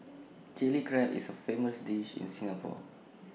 Chilli Crab is A famous dish in Singapore